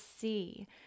see